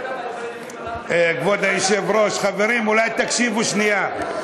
כבוד היושבת-ראש, חברים, אולי תקשיבו שנייה?